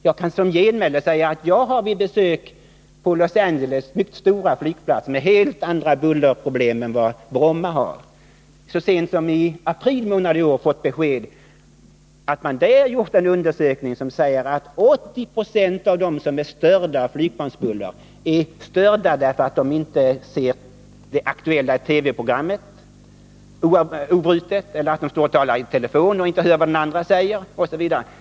Jag kan som genmäle säga att jag vid besök på Los Angeles mycket stora flygplats, med helt andra bullerproblem än Bromma har, så sent som i april månad i år har fått besked om att man där gjort 'en undersökning som visar att 80 20 av dem som är störda av flygplansbuller är störda därför att de inte ser det aktuella TV-programmet obrutet, de talar i telefon och hör inte vad den andre säger osv.